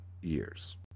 years